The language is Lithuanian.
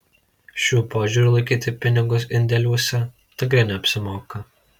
šiuo požiūriu laikyti pinigus indėliuose tikrai neapsimoka